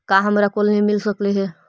का हमरा कोलनी मिल सकले हे?